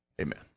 amen